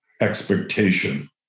expectation